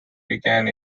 began